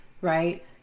right